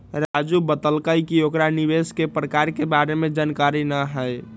राजू बतलकई कि ओकरा निवेश के प्रकार के बारे में जानकारी न हई